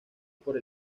por